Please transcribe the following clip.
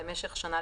למשך שנה,